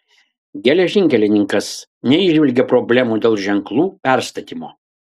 geležinkelininkas neįžvelgė problemų dėl ženklų perstatymo